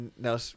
now